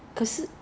在哪里